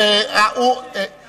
איפה הוא הותקף אישית?